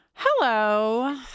Hello